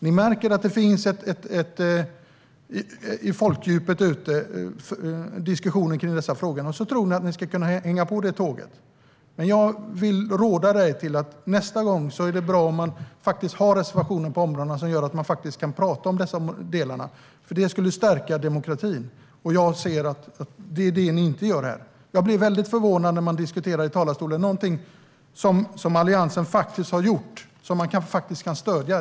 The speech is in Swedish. Ni märker att det finns diskussioner i folkdjupet kring dessa frågor, och ni tror att ni ska kunna hänga med på det tåget. Jag vill ge dig ett råd: Nästa gång är det bra om ni har reservationer på områdena som gör att man faktiskt kan prata om dessa delar. Det skulle stärka demokratin. Jag ser att det är det ni inte gör här. Jag blir väldigt förvånad när man i talarstolen diskuterar någonting som Alliansen faktiskt har gjort och som man faktiskt kan stödja.